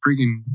freaking